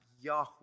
Yahweh